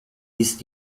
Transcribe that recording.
ist